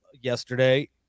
yesterday